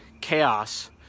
chaos